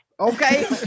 Okay